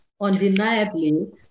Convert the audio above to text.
undeniably